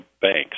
Banks